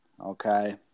Okay